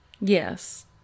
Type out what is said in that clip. Yes